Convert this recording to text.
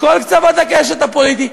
מכל קצוות הקשת הפוליטית,